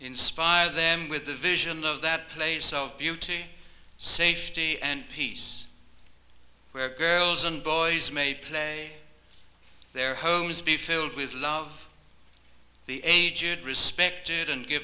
inspired them with the vision of that place of beauty safety and peace where girls and boys may play their homes be filled with love the aged respected and give